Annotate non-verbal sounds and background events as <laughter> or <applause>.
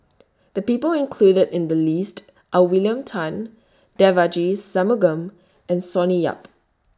<noise> The People included in The list Are William Tan Devagi Sanmugam and Sonny Yap